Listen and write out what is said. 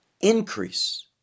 increase